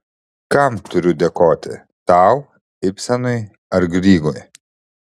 kam turiu dėkoti tau ibsenui ar grygui